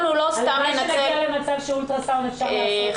הלוואי ונגיע למצב שאולטרסאונד אפשר לעשות ---.